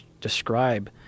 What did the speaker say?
describe